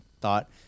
thought